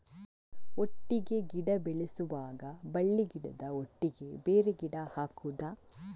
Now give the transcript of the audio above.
ಒಟ್ಟಿಗೆ ಗಿಡ ಬೆಳೆಸುವಾಗ ಬಳ್ಳಿ ಗಿಡದ ಒಟ್ಟಿಗೆ ಬೇರೆ ಗಿಡ ಹಾಕುದ?